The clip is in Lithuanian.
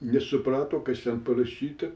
nesuprato kas ten parašyta